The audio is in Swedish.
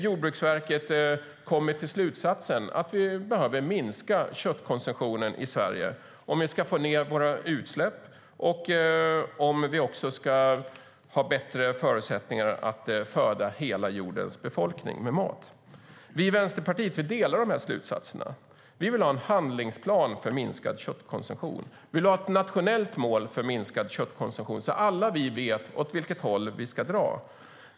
Jordbruksverket kom till slutsatsen att vi behöver minska köttkonsumtionen i Sverige om vi ska få ned våra utsläpp och ha bättre förutsättningar att föda hela jordens befolkning. Vänsterpartiet delar dessa slutsatser. Vi vill ha en handlingsplan för minskad köttkonsumtion. Vi vill ha ett nationellt mål för minskad köttkonsumtion så att vi alla vet åt vilket håll vi ska dra.